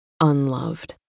unloved